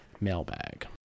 mailbag